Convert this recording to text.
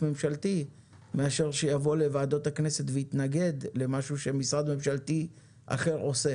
ממשלתי ושלא יבוא לוועדות הכנסת ויתנגד למשהו שמשרד ממשלתי אחר עושה.